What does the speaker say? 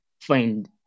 find